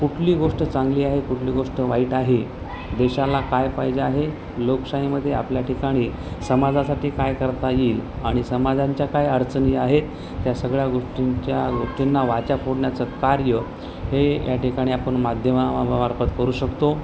कुठली गोष्ट चांगली आहे कुठली गोष्ट वाईट आहे देशाला काय पाहिजे आहे लोकशाहीमध्ये आपल्या ठिकाणी समाजासाठी काय करता येईल आणि समाजांच्या काय अडचणी आहे त्या सगळ्या गोष्टींच्या गोष्टींना वाचा फोडण्याचं कार्य हे या ठिकाणी आपण माध्यमामार्फत करू शकतो